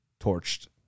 torched